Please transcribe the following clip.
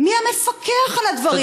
מי המפקח על הדברים האלה?